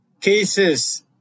cases